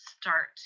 start